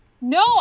No